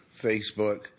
Facebook